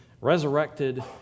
resurrected